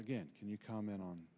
again can you comment on